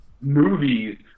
movies